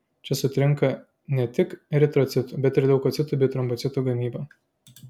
čia sutrinka ne tik eritrocitų bet ir leukocitų bei trombocitų gamyba